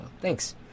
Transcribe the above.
thanks